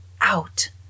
out